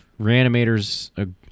Reanimators